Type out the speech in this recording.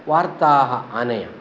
वार्ताः आनय